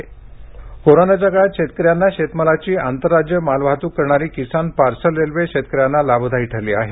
किसान railway कोरोना काळात शेतकऱ्यांना शेतमालाची आंतरराज्य मालवाहतुक करणारी किसान पार्सल रेल्वे शेतकऱ्यांना लाभदायी ठरली आहे